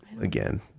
again